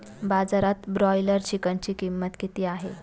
बाजारात ब्रॉयलर चिकनची किंमत किती आहे?